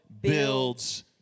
builds